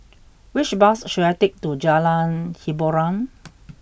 which bus should I take to Jalan Hiboran